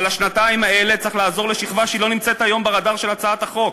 אבל בשנתיים האלה צריך לעזור לשכבה שלא נמצאת היום ברדאר של הצעת החוק,